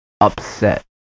upset